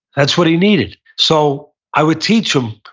that's what he needed. so i would teach him.